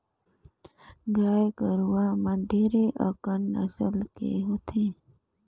गाय गरुवा मन ढेरे अकन नसल के होथे